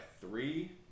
three